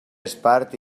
espart